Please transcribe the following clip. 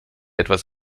etwas